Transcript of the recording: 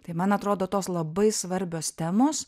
tai man atrodo tos labai svarbios temos